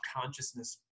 consciousness